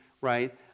right